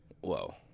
Whoa